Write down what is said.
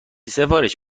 سفارش